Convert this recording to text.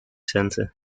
center